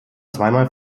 zweimal